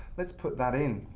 let's put that in,